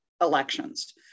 elections